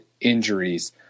injuries